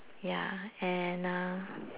ya and uh